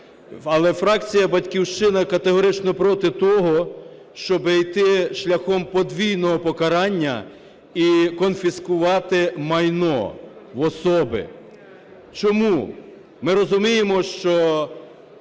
Але фракція "Батьківщина" категорично проти того, щоб йти шляхом подвійного покарання і конфіскувати майно в особи. Чому? Ми розуміємо, що